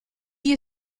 you